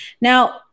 Now